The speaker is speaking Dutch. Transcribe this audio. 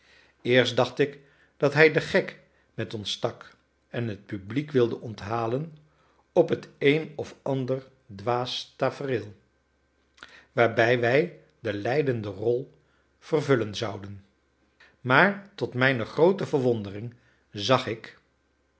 eerst dacht ik dat hij den gek met ons stak en het publiek wilde onthalen op het een of ander dwaas tafereel waarbij wij de lijdende rol vervullen zouden maar tot mijne groote verwondering zag ik